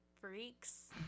freaks